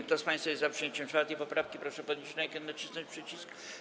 Kto z państwa jest za przyjęciem 4. poprawki, proszę podnieść rękę i nacisnąć przycisk.